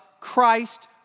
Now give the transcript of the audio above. Christ